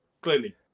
clearly